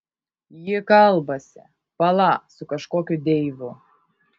ji kalbasi pala su kažkokiu deivu